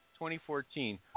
2014